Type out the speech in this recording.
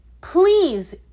please